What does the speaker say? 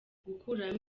gukuramo